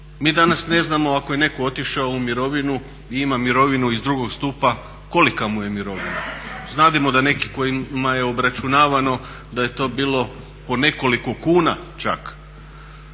Mi danas ne znamo ako je neko otišao u mirovinu i ima mirovinu iz drugog stupa kolika mu je mirovina. Znademo da neki kojima je obračunavano da je to bilo po nekoliko kuna čak.